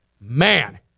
Man